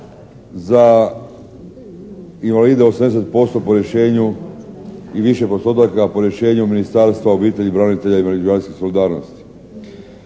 za invalide 80% po rješenju i više postotaka po rješenju Ministarstva obitelji, branitelja i međugeneracijske solidarnosti